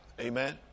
Amen